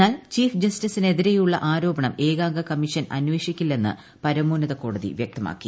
എന്നാൽ ചീഫ് ജസ്റ്റിസിനെതിരെയുളള ആരോപണം ഏകാംഗ കമ്മീഷൻ അന്വേഷിക്കില്ലെന്ന് പരമോന്നത കോടതി വ്യക്തമാക്കി